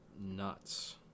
nuts